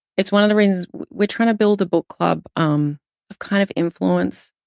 it's one of the reasons we're trying to build a book club um of kind of influence,